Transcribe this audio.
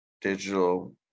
digital